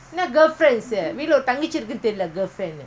what talk only